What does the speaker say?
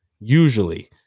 Usually